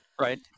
Right